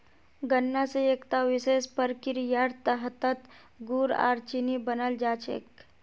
गन्ना स एकता विशेष प्रक्रियार तहतत गुड़ आर चीनी बनाल जा छेक